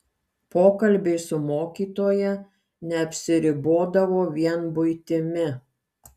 pokalbiai su mokytoja neapsiribodavo vien buitimi